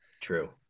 True